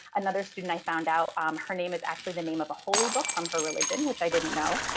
another student, i found out um her name is actually the name of a holy book from her religion, which i didn't know.